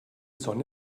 sonne